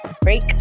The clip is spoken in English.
break